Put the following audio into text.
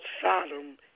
Sodom